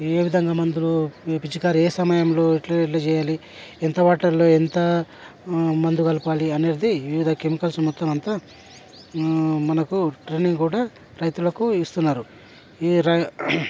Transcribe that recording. ఏ విధంగా మందులు ఏ పిచికారీ ఏ సమయంలో ఎట్ల ఎట్ల చేయాలి ఎంత వాటర్లో ఎంత మందు కలపాలి అనేది వివిధ కెమికల్స్ మొత్తం అంతా మనకు ట్రైనింగ్ కూడా రైతులకు ఇస్తున్నారు ఈ